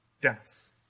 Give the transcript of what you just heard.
death